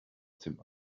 dem